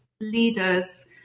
leaders